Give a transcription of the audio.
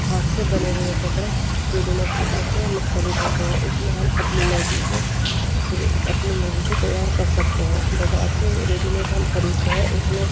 ہاتھ سے بنے ہوئے کپڑے ریڈی میڈ کپڑوں سے مختلف ہوتے ہیں اس میں ہم اپنی مرضی سے سل اپنی مرضی سے تیار کر سکتے ہیں بازار سے ریڈی میڈ ہم خریدتے ہیں اس میں